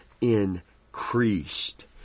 increased